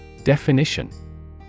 Definition